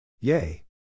Yay